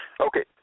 Okay